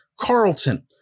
Carlton